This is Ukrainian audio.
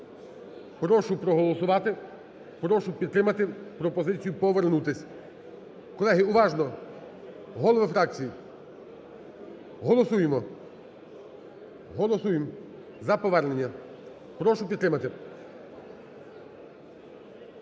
Прошу проголосувати. Прошу підтримати пропозицію повернутись. Колеги, уважно! Голови фракцій! Голосуємо. Голосуємо за повернення. Прошу підтримати.